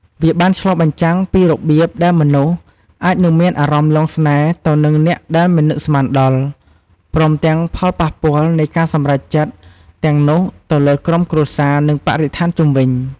វាបានឆ្លុះបញ្ចាំងពីរបៀបដែលមនុស្សអាចនឹងមានអារម្មណ៍លង់ស្នេហ៍ទៅនឹងអ្នកដែលមិននឹកស្មានដល់ ព្រមទាំងផលប៉ះពាល់នៃការសម្រេចចិត្តទាំងនោះទៅលើក្រុមគ្រួសារ និងបរិស្ថានជុំវិញ។